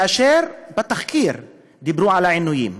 בתחקיר דיברו על העינויים,